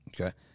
okay